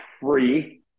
free